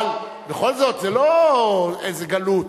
אבל בכל זאת, זה לא איזו גלות.